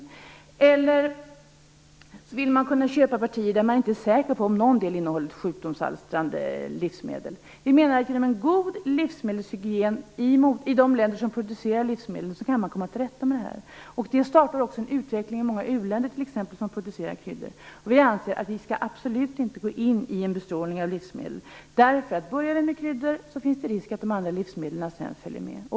Det andra är att man vill kunna köpa partier även om man inte säkert vet om någon del innehåller sjukdomsalstrande livsmedel. Vi menar att genom en god livsmedelshygien i de länder som producerar livsmedel kan man komma till rätta med det här. Det kan också starta en utveckling i t.ex. många u-länder som producerar kryddor. Vi anser att vi absolut inte skall ge oss in i bestrålning av livsmedel. Börjar vi med kryddor finns det risk för att andra livsmedel följer.